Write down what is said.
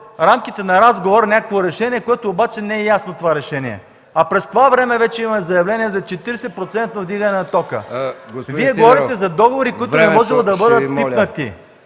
рамките на разговор някакво решение, което обаче не е ясно. А през това време вече имаме заявление за 40-процентно вдигане на тока. Вие говорите за договори, които не можело да бъдат пипнати.